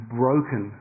broken